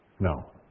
No